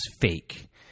fake